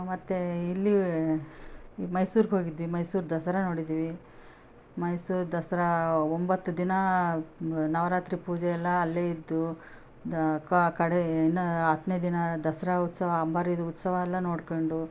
ಮತ್ತೆ ಇಲ್ಲಿ ಮೈಸೂರಿಗೆ ಹೋಗಿದ್ವಿ ಮೈಸೂರು ದಸರಾ ನೋಡಿದ್ವಿ ಮೈಸೂರು ದಸರಾ ಒಂಬತ್ತು ದಿನ ನವರಾತ್ರಿ ಪೂಜೆ ಎಲ್ಲ ಅಲ್ಲೇ ಇದ್ದು ದ ಕಡೆ ಇನ್ನು ಹತ್ತನೇ ದಿನ ದಸರಾ ಉತ್ಸವ ಅಂಬಾರಿದು ಉತ್ಸವ ಎಲ್ಲ ನೋಡ್ಕೊಂಡು